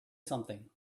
something